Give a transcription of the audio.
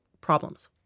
problems